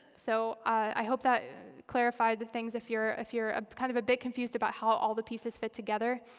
so i hope that clarifies the things if you're if you're ah kind of a bit confused about how all the pieces fit together.